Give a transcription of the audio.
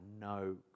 no